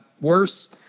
worse